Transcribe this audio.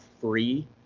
free